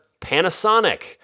Panasonic